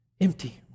empty